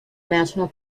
national